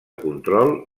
control